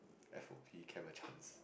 F_O_P camp a chance